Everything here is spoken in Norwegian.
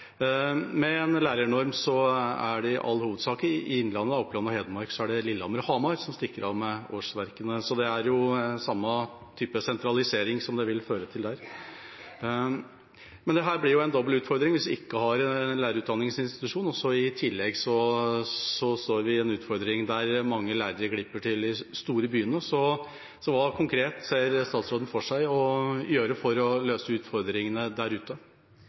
Med en lærernorm er det i innlandet, Oppland og Hedmark, i hovedsak Lillehammer og Hamar som stikker av med årsverkene, så det vil føre til samme type sentralisering der. Men dette blir jo en dobbel utfordring, når vi ikke har en lærerutdanningsinstitusjon og i tillegg står overfor en utfordring der mange lærere glipper til de store byene. Hva ser statsråden for seg å gjøre konkret for å løse utfordringene der ute?